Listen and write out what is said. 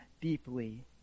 deeply